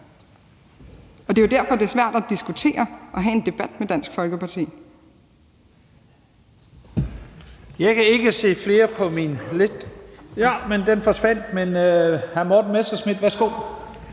Det er jo derfor, det er svært at diskutere og have en debat med Dansk Folkeparti.